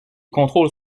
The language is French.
contrôles